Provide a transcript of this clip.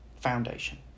Foundation